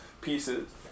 pieces